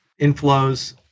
inflows